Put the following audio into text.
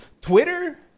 Twitter